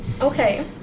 okay